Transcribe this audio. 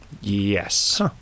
Yes